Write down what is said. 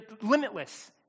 limitless